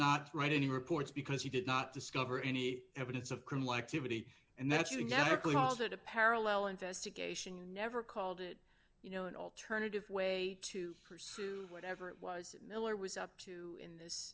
not write any reports because you did not discover any evidence of criminal activity and that you never called it a parallel investigation you never called it you know an alternative way to pursue whatever it was miller was up to in this